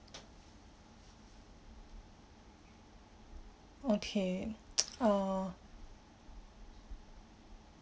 okay uh